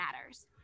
matters